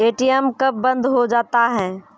ATM कब बंद हो जाता हैं?